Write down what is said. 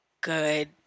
good